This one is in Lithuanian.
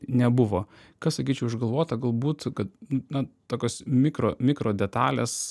nebuvo kas sakyčiau išgalvota galbūt kad na tokios mikro mikrodetalės